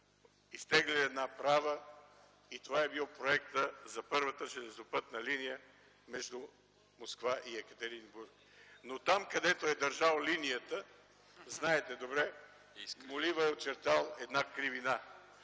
изтеглил една права и това е бил проектът за първата железопътна линия между Москва и Екатеринбург. Там, където е държал линията, знаете добре – моливът е очертал една кривина.